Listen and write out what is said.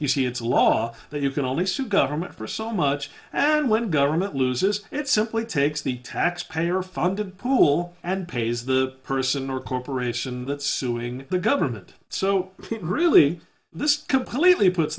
you see it's a law that you can only sue government for so much and when government loses it simply takes the taxpayer funded pool and pays the person or corporation that suing the government so really this completely puts